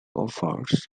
offers